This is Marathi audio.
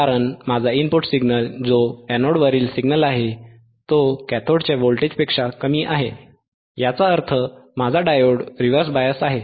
कारण माझा इनपुट सिग्नल जो एनोडवरील सिग्नल आहे तो कॅथोडच्या व्होल्टेजपेक्षा कमी आहे याचा अर्थ माझा डायोड रिव्हर्स बायस आहे